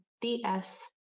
DS